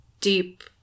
deep